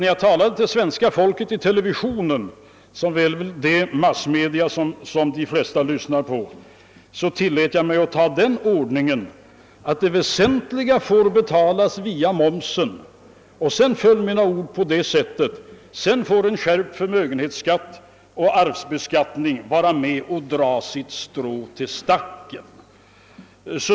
När jag talade till svenska folket i televisionen — som väl är det medium som de flesta tar del av — tillät jag mig säga att det väsentliga får betalas via momsen. Sedan föll mina ord så, att en skärpt förmögenhetsskatt och arvsskatt också får vara med och dra sitt strå till stacken.